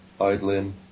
idling